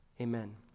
amen